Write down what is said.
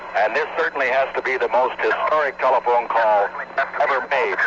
and this certainly has to be the most historic telephone call ever made.